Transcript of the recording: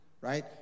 right